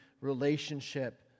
relationship